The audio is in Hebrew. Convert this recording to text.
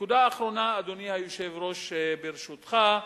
נקודה אחרונה, אדוני היושב-ראש, ברשותך,